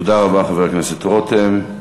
תודה רבה, חבר הכנסת רותם.